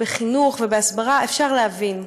בחינוך ובהשכלה אפשר להבין.